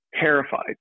terrified